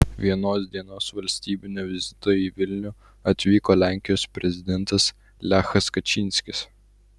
vienos dienos valstybinio vizito į vilnių atvyko lenkijos prezidentas lechas kačynskis